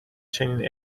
چنین